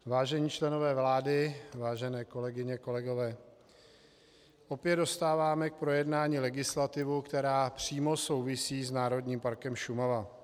Vážení členové vlády, vážené kolegyně, kolegové, opět dostáváme k projednání legislativu, která přímo souvisí s Národním parkem Šumava.